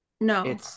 No